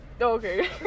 okay